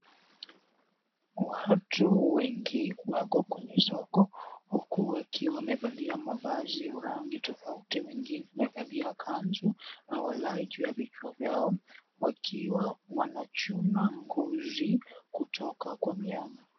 Watu wengi wako kwenye soko. Huku wakiwa wamevalia mavazi rangi tofauti, wengine nimevalia kanzu na walai juu ya vichwa vyao. Wakiwa wanachuna ngozi kutoka kwa mnyama.